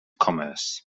commerce